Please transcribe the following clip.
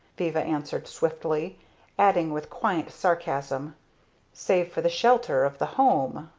viva answered swiftly adding with quiet sarcasm save for the shelter of the home!